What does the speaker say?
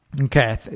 Okay